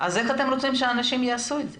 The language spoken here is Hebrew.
אז איך אתם רוצים שאנשים יעשו את זה?